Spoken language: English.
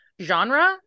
Genre